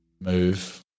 move